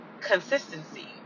consistency